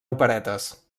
operetes